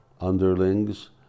underlings